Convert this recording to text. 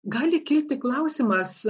gali kilti klausimas